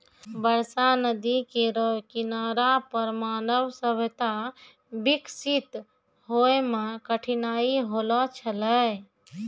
बरसा नदी केरो किनारा पर मानव सभ्यता बिकसित होय म कठिनाई होलो छलै